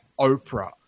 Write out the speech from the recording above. oprah